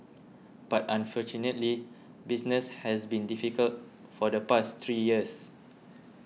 but unfortunately business has been difficult for the past three years